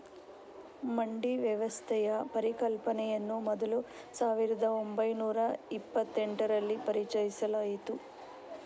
ಮಂಡಿ ವ್ಯವಸ್ಥೆಯ ಪರಿಕಲ್ಪನೆಯನ್ನು ಮೊದಲು ಸಾವಿರದ ಓಂಬೈನೂರ ಇಪ್ಪತ್ತೆಂಟರಲ್ಲಿ ಪರಿಚಯಿಸಲಾಯಿತು